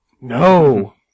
No